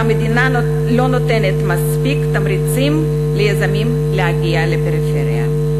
והמדינה לא נותנת מספיק תמריצים ליזמים להגיע לפריפריה.